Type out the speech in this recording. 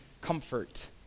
comfort